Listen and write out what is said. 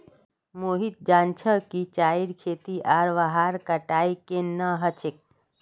मोहित जान छ कि चाईर खेती आर वहार कटाई केन न ह छेक